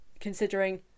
considering